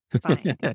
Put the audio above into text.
Fine